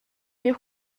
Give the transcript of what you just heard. miu